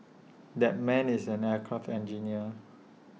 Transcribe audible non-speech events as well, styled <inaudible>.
<noise> that man is an aircraft engineer